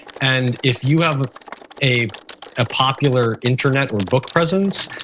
and if you have a ah popular internet or book presence,